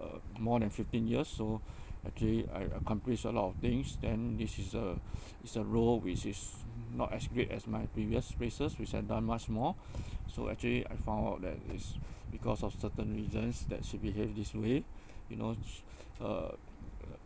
uh more than fifteen years so actually I accomplish a lot of things then this is a is a role which is not as great as my previous raises which I done much more so actually I found out that is because of certain reasons that she behave this way you know she uh uh